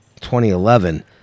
2011